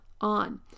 on